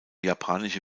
japanische